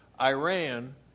Iran